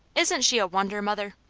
isn't she a wonder, mother?